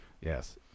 Yes